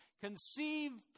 Conceived